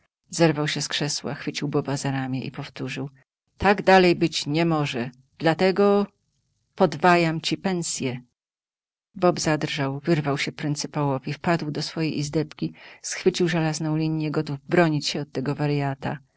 zerwał się z krzesła chwycił boba za ramię i powtórzył tak dalej być nie może dlatego podwajam ci pensję bob zadrżał wyrwał się pryncypałowi wpadł do swojej izdebki schwycił żelazną linję gotów bronić się od warjata